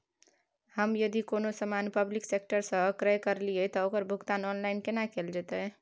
हम यदि कोनो सामान पब्लिक सेक्टर सं क्रय करलिए त ओकर भुगतान ऑनलाइन केना कैल जेतै?